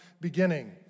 beginning